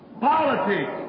Politics